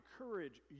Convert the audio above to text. encourage